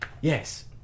Yes